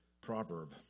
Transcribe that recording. proverb